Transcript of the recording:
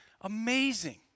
amazing